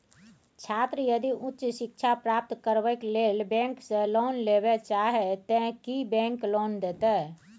छात्र यदि उच्च शिक्षा प्राप्त करबैक लेल बैंक से लोन लेबे चाहे ते की बैंक लोन देतै?